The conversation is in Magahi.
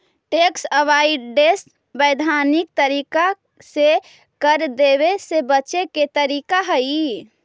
टैक्स अवॉइडेंस वैधानिक तरीका से कर देवे से बचे के तरीका हई